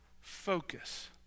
focus